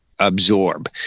absorb